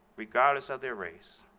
regardless of their race,